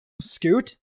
Scoot